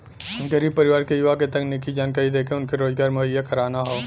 गरीब परिवार के युवा के तकनीकी जानकरी देके उनके रोजगार मुहैया कराना हौ